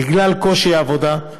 בגלל קושי העבודה,